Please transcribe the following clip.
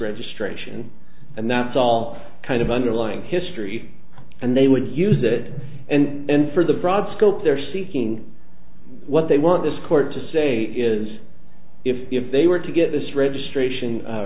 registration and that's all kind of underlying history and they would use that and for the broad scope they're seeking what they want this court to say is if if they were to get this registration